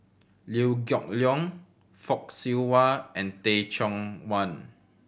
Liew Geok Leong Fock Siew Wah and Teh Chong Wan